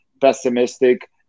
pessimistic